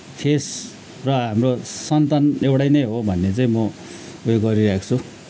face र हाम्रो सन्तान एउटै नै हो भन्ने चाहिँ म ऊ यो गरिरहेको छु